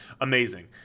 amazing